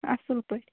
اَصٕل پٲٹھۍ